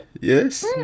Yes